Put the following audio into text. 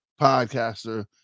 podcaster